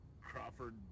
Crawford